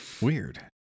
Weird